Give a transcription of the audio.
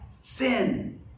sin